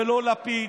ולא לפיד,